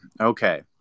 okay